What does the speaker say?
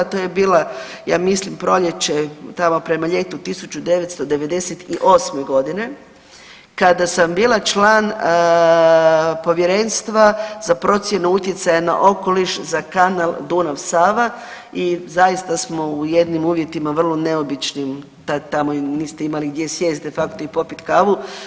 To je bila ja mislim proljeće tamo prema ljetu 1998.godine kada sam bila član Povjerenstva za procjenu utjecaja na okoliš za kanal Dunav-Sava i zaista smo u jednim uvjetima vrlo neobičnim, tad tamo niste imali gdje sjest de facto i popit kavu.